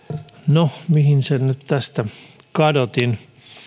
no mihin sen nyt kadotin